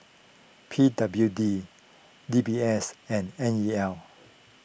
P W D D B S and N E L